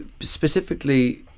specifically